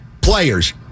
players